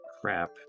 crap